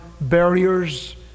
barriers